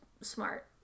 smart